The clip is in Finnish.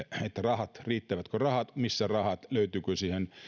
että riittävätkö rahat missä rahat löytyykö